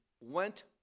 went